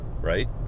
Right